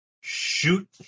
Shoot